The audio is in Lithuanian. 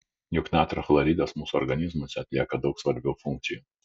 juk natrio chloridas mūsų organizmuose atlieka daug svarbių funkcijų